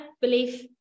belief